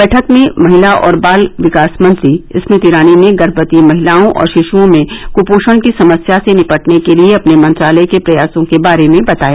बैठक में महिला और बाल विकास मंत्री स्मृति ईरानी ने गर्भवती महिलओं और शियुओं में कुपोषण की समस्या से निपटने के लिए अपने मंत्रालय के प्रयासों के बारे में बताया